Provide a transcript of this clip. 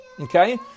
Okay